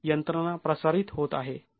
यंत्रणा प्रसारित होत आहे